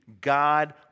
God